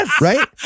Right